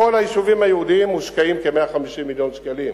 בכל היישובים היהודיים מושקעים כ-150 מיליון שקלים.